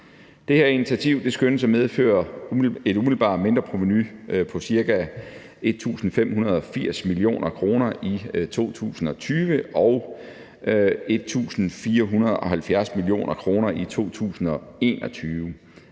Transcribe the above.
Det her initiativ skønnes at medføre et umiddelbart mindreprovenu på ca. 1.580 mio. kr. i 2020 og 1.470 mio. kr. i 2021